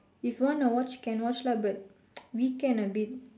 if want to watch can watch lah but weekend a bit